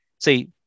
See